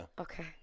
Okay